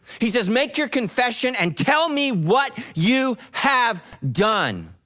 he says, make your confession and tell me what you have done,